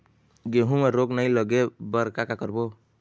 गेहूं म रोग नई लागे बर का का करबो?